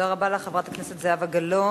תודה רבה לך, חברת הכנסת זהבה גלאון.